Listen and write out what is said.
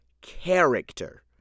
character